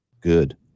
good